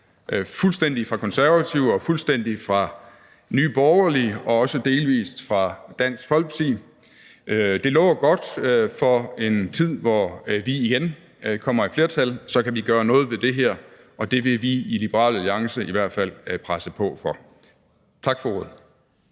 fuldstændig fra Konservative og fuldstændig fra Nye Borgerlige og også delvist fra Dansk Folkeparti. Det lover godt for en tid, hvor vi igen kommer i flertal, for så kan vi gøre noget ved det her, og det vil vi i Liberal Alliance i hvert fald presse på for. Tak for ordet.